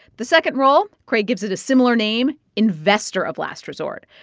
the second role, craig gives it a similar name, investor of last resort.